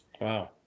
Wow